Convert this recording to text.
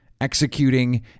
Executing